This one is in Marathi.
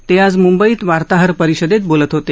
ते आज म्ंबईत वार्ताहर परिषदेत बोलत होते